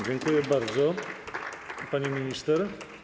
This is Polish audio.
Dziękuję bardzo, pani minister.